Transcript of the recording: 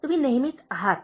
तुम्ही नेहमीच आहात